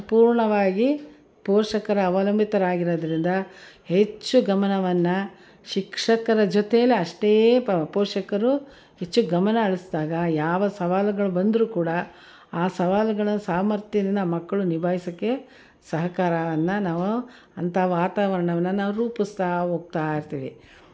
ಸಂಪೂರ್ಣವಾಗಿ ಪೋಷಕರ ಅವಲಂಬಿತರಾಗಿ ಇರೋದ್ರಿಂದ ಹೆಚ್ಚು ಗಮನವನ್ನು ಶಿಕ್ಷಕರ ಜೊತೆಯಲ್ಲಿ ಅಷ್ಟೇ ಪೋಷಕರು ಹೆಚ್ಚು ಗಮನ ಹರಿಸ್ದಾಗ ಯಾವ ಸವಾಲುಗಳು ಬಂದ್ರೂ ಕೂಡ ಆ ಸವಾಲುಗಳ ಸಾಮರ್ಥ್ಯನ ಮಕ್ಕಳು ನಿಭಾಯ್ಸೋಕೆ ಸಹಕಾರವನ್ನು ನಾವು ಅಂಥ ವಾತಾವರಣವನ್ನ ನಾವು ರೂಪಿಸ್ತಾ ಹೋಗ್ತಾ ಇರ್ತೀವಿ ಮತ್ತು